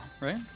right